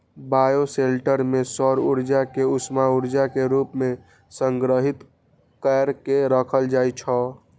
bioshelter मे सौर ऊर्जा कें उष्मा ऊर्जा के रूप मे संग्रहीत कैर के राखल जाइ छै